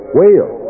Whale